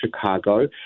Chicago